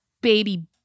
baby